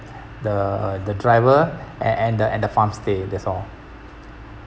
the the driver and and the and the farmstay that's all